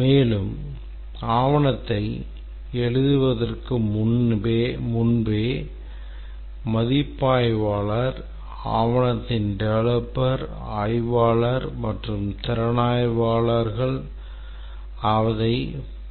மேலும் ஆவணத்தை எழுதுவதற்கு முன்பே மதிப்பாய்வாளர் ஆவணத்தின் டெவலப்பர் ஆய்வாளர் மற்றும் திறனாய்வாளர்கள் அதை